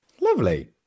lovely